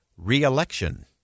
Re-election